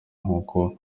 kuko